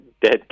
dead